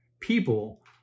people